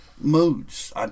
moods